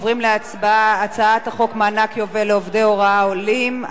עוברים להצבעה על הצעת חוק מענק יובל לעובדי הוראה עולים,